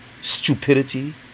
Stupidity